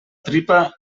tripa